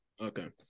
Okay